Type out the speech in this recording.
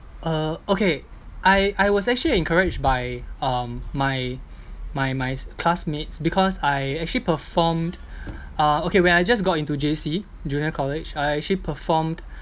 uh okay I I was actually encouraged by um my my my classmates because I actually performed uh okay when I just got into J_C junior college I actually performed